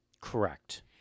Correct